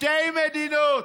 שתי מדינות: